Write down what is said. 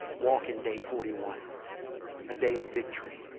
walk in day forty one a day of victory?